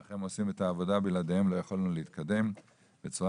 אך הם עושים את העבודה ובלעדיהם לא יכולנו להתקדם בצורה